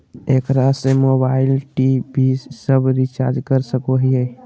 एकरा से mobile TV सब रिचार्ज कर सको हियै की?